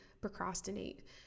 procrastinate